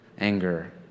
anger